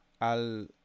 Al